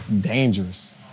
dangerous